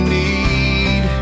need